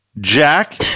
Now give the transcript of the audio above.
Jack